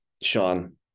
Sean